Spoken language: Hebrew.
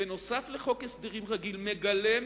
נוסף על חוק הסדרים רגיל, מגלם